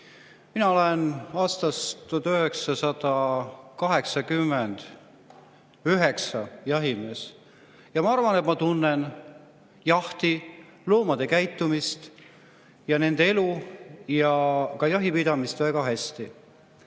olen aastast 1989 jahimees ja ma arvan, et ma tunnen jahti, loomade käitumist ja nende elu ja ka jahipidamist väga hästi.